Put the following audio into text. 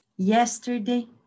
Yesterday